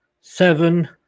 seven